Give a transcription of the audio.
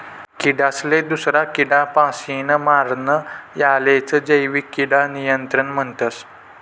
किडासले दूसरा किडापासीन मारानं यालेच जैविक किडा नियंत्रण म्हणतस